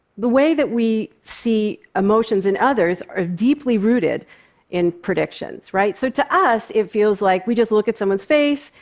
the way that we see emotions in others are deeply rooted in predictions. so to us, it feels like we just look at someone's face,